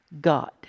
God